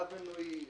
רב מנועי,